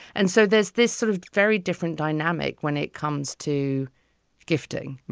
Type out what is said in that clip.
and so there's this sort of very different dynamic when it comes to gifting,